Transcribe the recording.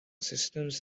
systems